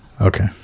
Okay